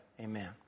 amen